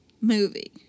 movie